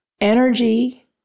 Energy